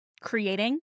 creating